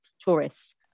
tourists